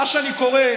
ממה שאני קורא,